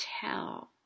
tell